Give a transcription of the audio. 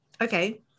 Okay